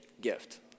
Gift